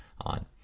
on